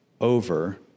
over